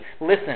listen